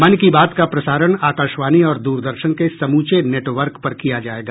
मन की बात का प्रसारण आकाशवाणी और द्रदर्शन के समूचे नटवर्क पर किया जायेगा